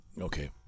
Okay